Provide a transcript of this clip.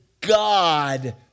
God